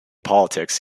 politics